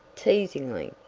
teasingly.